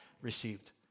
received